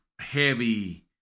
heavy